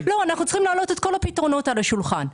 צריכים להעלות את כל הפתרונות על השולחן.